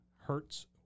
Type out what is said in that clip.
Hertz